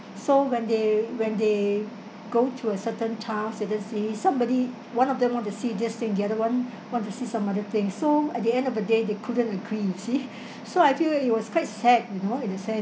so when they when they go to a certain tours agency somebody one of them want to see this thing the other one want to see some other thing so at the end of the day they couldn't agree you see so I feel that it was quite sad you know in the sense